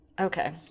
okay